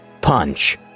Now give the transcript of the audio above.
punch